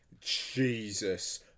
Jesus